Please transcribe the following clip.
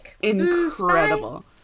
incredible